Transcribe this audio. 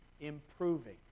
improving